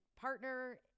partner